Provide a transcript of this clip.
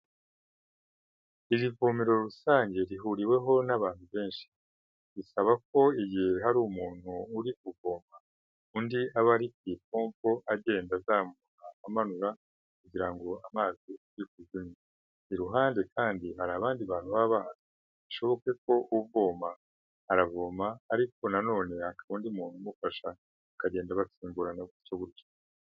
Iri vomero rusange rihuriweho n'abantu benshi, risaba ko igihe hari umuntu urivoma undi aba ari ku ipombo agenda azamura amanura kugirango amazi ave ikuzimu. Iruhande kandi hari abandi bantu baba bishoboke ko uvoma aravoma ariko na none hakaba undi muntu umufasha akagenda basimburana gutyo gutyo.